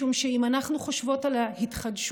משום שאם אנחנו חושבות על ההתחדשות,